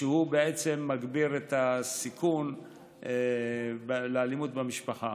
שהוא בעצם מגביר את הסיכון לאלימות במשפחה.